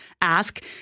ask